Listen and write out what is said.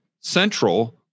central